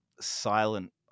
silent